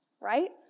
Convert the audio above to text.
right